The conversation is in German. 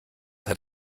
hat